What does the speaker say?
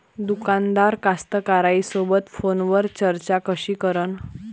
दुकानदार कास्तकाराइसोबत फोनवर चर्चा कशी करन?